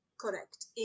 Correct